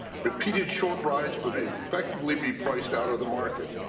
repeated short rides would effectively be priced out of the market.